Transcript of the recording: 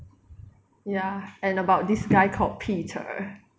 ya and about this guy called peter